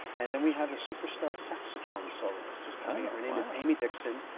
and then we have a superstar saxophone soloist who's coming in. her name is amy dickson.